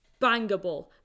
bangable